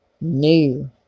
new